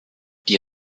die